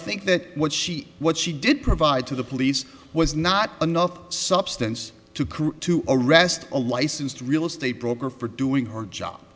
think that what she what she did provide to the police was not enough substance to crew to arrest a licensed real estate broker for doing her job